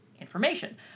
information